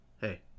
Hey